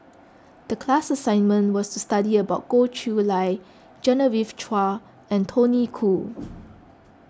the class assignment was to study about Goh Chiew Lye Genevieve Chua and Tony Khoo